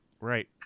Right